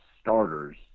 starters